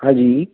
हाँ जी